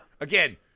Again